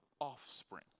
Offspring